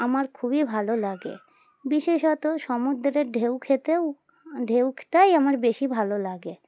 আমার খুবই ভালো লাগে বিশেষত সমুদ্রের ঢেউ খেতেও ঢেউটাই আমার বেশি ভালো লাগে